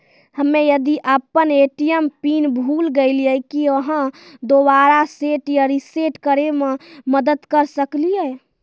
हम्मे यदि अपन ए.टी.एम पिन भूल गलियै, की आहाँ दोबारा सेट या रिसेट करैमे मदद करऽ सकलियै?